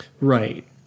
Right